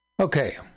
Okay